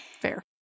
fair